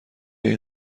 این